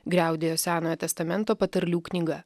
griaudėjo senojo testamento patarlių knyga